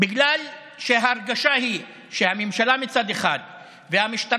בגלל שההרגשה היא שהממשלה והמשטרה